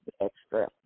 extra